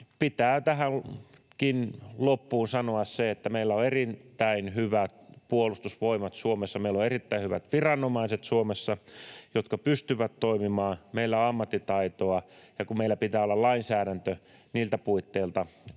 pitää tähänkin loppuun sanoa se, että meillä on erittäin hyvät puolustusvoimat Suomessa, meillä on Suomessa erittäin hyvät viranomaiset, jotka pystyvät toimimaan, meillä on ammattitaitoa, ja meillä pitää olla lainsäädäntö niiltä puitteilta